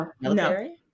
military